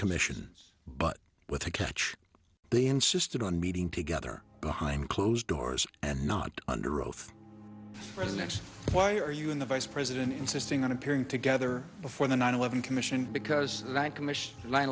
commission but with a catch they insisted on meeting together behind closed doors and not under oath reza next why are you in the vice president insisting on appearing together before the nine eleven commission because